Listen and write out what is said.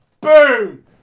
BOOM